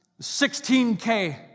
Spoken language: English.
16K